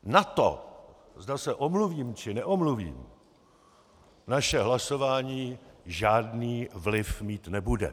Na to, zda se omluvím, či neomluvím, naše hlasování žádný vliv mít nebude.